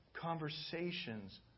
conversations